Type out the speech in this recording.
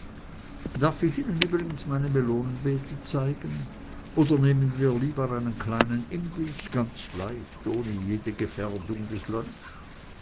darf ich ihnen übrigens meine melonenbeete zeigen oder nehmen wir lieber einen leichten imbiß ganz leicht ohne jede ernste gefährdung des lunch